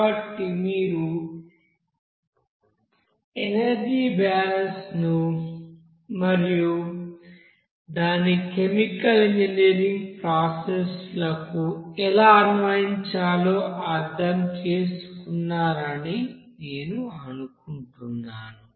కాబట్టి మీరు energy balance ను మరియు దానిని కెమికల్ ఇంజనీరింగ్ ప్రాసెస్ లకు ఎలా అన్వయించాలో అర్థం చేసుకున్నారని నేను అనుకుంటున్నాను